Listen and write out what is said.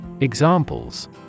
Examples